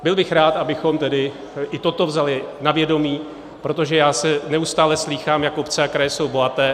Byl bych rád, abychom tedy i toto vzali na vědomí, protože já neustále slýchám, jak obce a kraj jsou bohaté.